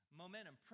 momentum